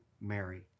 Mary